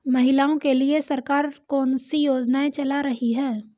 महिलाओं के लिए सरकार कौन सी योजनाएं चला रही है?